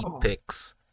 picks